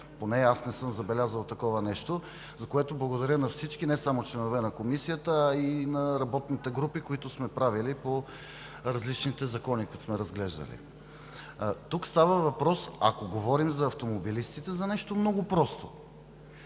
Поне аз не съм забелязал такова нещо, за което благодаря на всички – не само членове на Комисията, а и на работните групи, които сме правили по различните закони, които сме разглеждали. Ако говорим за автомобилистите, тук става въпрос